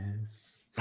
yes